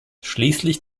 schließlich